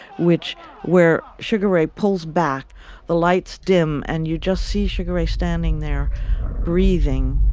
which where sugar ray pulls back the lights dim, and you just see sugar ray standing there breathing.